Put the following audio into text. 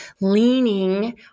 leaning